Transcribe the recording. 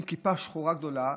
עם כיפה שחורה גדולה,